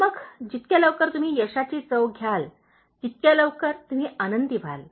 मग जितक्या लवकर तुम्ही यशाची चव घ्याल तितक्या लवकर तुम्ही आनंदी व्हाल